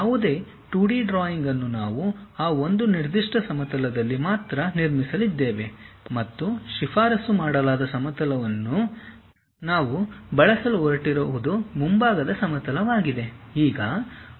ಯಾವುದೇ 2D drawing ಅನ್ನು ನಾವು ಆ ಒಂದು ನಿರ್ದಿಷ್ಟ ಸಮತಲದಲ್ಲಿ ಮಾತ್ರ ನಿರ್ಮಿಸಲಿದ್ದೇವೆ ಮತ್ತು ಶಿಫಾರಸು ಮಾಡಲಾದ ಸಮತಲವನ್ನು ನಾವು ಬಳಸಲು ಹೊರಟಿರುವುದು ಮುಂಭಾಗದ ಸಮತಲವಾಗಿದೆ